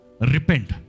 repent